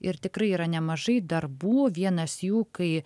ir tikrai yra nemažai darbų vienas jų kai